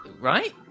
right